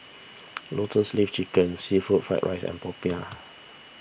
Lotus Leaf Chicken Seafood Fried Rice and Popiah